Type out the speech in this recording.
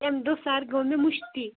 تَمہِ دۄہ سَر گوٚو مےٚ مٔشتھٕے